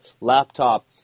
laptop